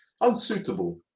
unsuitable